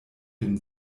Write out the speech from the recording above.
den